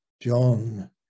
john